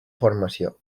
formació